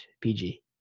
PG